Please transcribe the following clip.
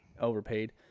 Overpaid